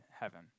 heaven